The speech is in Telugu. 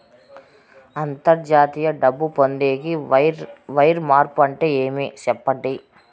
అంతర్జాతీయ డబ్బు పొందేకి, వైర్ మార్పు అంటే ఏమి? సెప్పండి?